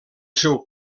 seu